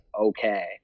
okay